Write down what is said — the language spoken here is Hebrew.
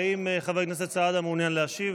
האם חבר הכנסת סעדה מעוניין להשיב?